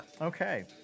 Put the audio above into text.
Okay